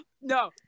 no